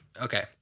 Okay